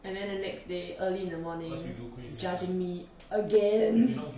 and then the next day early in the morning judging me again